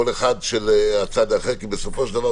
כל אחד של הצד האחר כי בסופו של דבר,